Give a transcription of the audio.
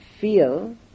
feel